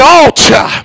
altar